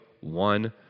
one